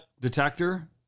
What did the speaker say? detector